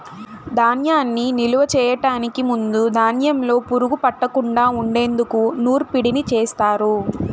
ధాన్యాన్ని నిలువ చేయటానికి ముందు ధాన్యంలో పురుగు పట్టకుండా ఉండేందుకు నూర్పిడిని చేస్తారు